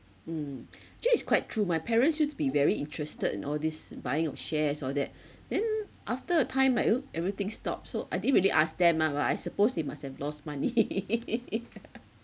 mm actually it's quite true my parents used to be very interested in all these buying of shares all that then after a time like !huh! everything stopped so I didn't really ask them ah but I suppose they must have lost money